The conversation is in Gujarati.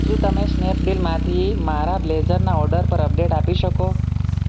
શું તમે સ્નેપડીલમાંથી મારા બ્લેઝરના ઓર્ડર પર અપડેટ આપી શકો